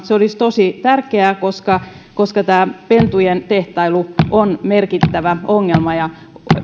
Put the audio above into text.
se olisi tosi tärkeää koska koska pentujen tehtailu on merkittävä ongelma ja